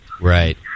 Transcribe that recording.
Right